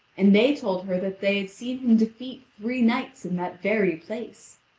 and they told her that they had seen him defeat three knights in that very place.